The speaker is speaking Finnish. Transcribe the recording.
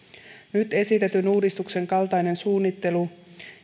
nyt esitetyn uudistuksen kaltainen suunnittelu